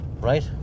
right